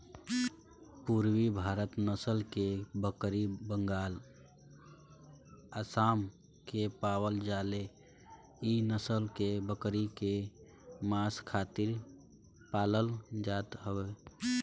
पुरबी भारत नसल के बकरी बंगाल, आसाम में पावल जाले इ नसल के बकरी के मांस खातिर पालल जात हवे